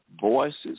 voices